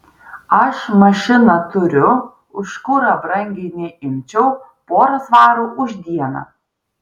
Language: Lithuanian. aš mašiną turiu už kurą brangiai neimčiau porą svarų už dieną